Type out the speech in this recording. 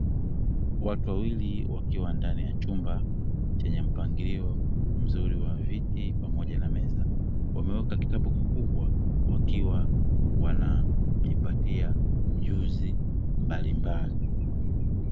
Watu wawili wakiwa ndani ya chumba chenye mpangilio mzuri wa viti pamoja na meza wameweka kitabu kikubwa wakiwa wanajipatia ujuzi mbalimbali.